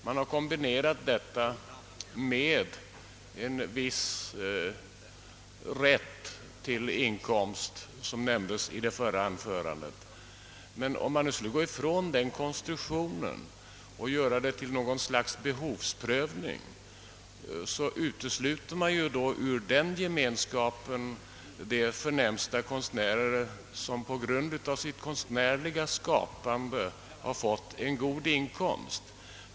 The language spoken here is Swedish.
Man har kombinerat denna utmärkelse med en viss rätt till inkomst, såsom nämnts i det förra anförandet. Om vi nu skulle gå ifrån denna konstruktion och införa något slags behovsprövning, skulle vi ur gemenskapen utesluta en del av de förnämsta konstnärer, som vi har och som på grund av sitt konstnärliga skapande fått en god in komst.